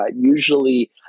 usually